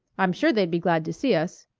i'm sure they'd be glad to see us.